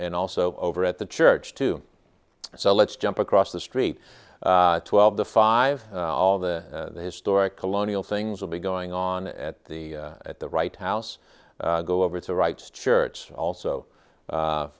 and also over at the church too so let's jump across the street twelve the five all the historic colonial things will be going on at the at the right house go over to rites church also